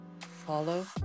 follow